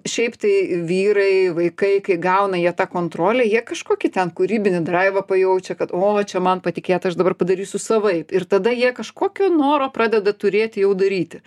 šiaip tai vyrai vaikai kai gauna jie tą kontrolę jie kažkokį ten kūrybinį draivą pajaučia kad o čia man patikėta aš dabar padarysiu savaip ir tada jie kažkokio noro pradeda turėti jau daryti